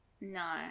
No